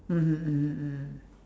mmhmm mmhmm mmhmm